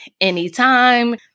anytime